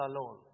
alone